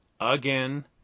again